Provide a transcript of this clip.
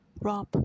rob